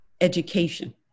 education